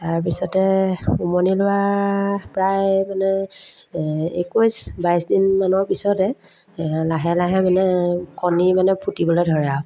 তাৰপিছতে উমনি লোৱা প্ৰায় মানে একৈছ বাইছ দিনমানৰ পিছতে লাহে লাহে মানে কণী মানে ফুটিবলৈ ধৰে আৰু